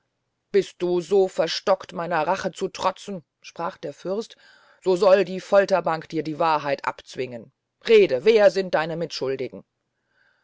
bist du so verstockt meiner rache zu trotzen sprach der fürst so soll die folterbank dir die wahrheit abzwingen rede wer sind deine mitschuldigen